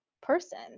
person